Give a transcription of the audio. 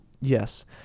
yes